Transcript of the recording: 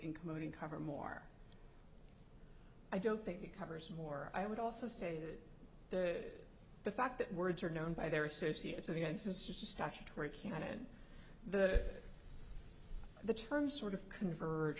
including cover more i don't think it covers more i would also say that the the fact that words are known by their associates again this is just the statutory canon the the terms sort of converge